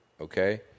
Okay